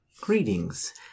Greetings